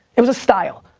it was a style.